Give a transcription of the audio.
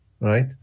right